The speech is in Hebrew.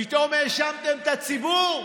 פתאום האשמתם את הציבור,